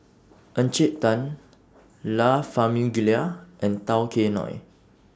Encik Tan La Famiglia and Tao Kae Noi